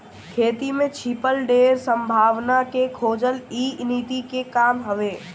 खेती में छिपल ढेर संभावना के खोजल इ नीति के काम हवे